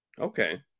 Okay